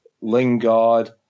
Lingard